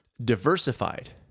diversified